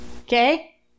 Okay